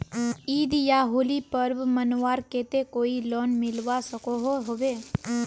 ईद या होली पर्व मनवार केते कोई लोन मिलवा सकोहो होबे?